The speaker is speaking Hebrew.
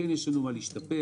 יש לנו במה להשתפר,